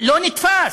לא נתפס.